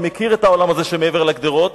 ומכיר את העולם הזה שמעבר לגדרות,